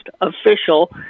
official